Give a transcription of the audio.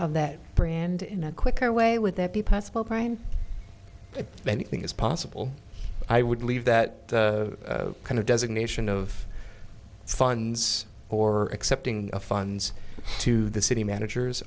of that brand in a quicker way would that be possible brian anything is possible i would leave that kind of designation of funds or accepting a funds to the city manager